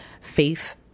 faith